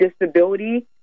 disability